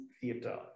theatre